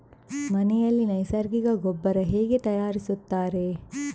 ಮನೆಯಲ್ಲಿ ನೈಸರ್ಗಿಕ ಗೊಬ್ಬರ ಹೇಗೆ ತಯಾರಿಸುತ್ತಾರೆ?